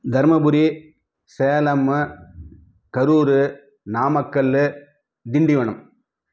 Dharmapuri Salem Karur Namakkal Tindivanam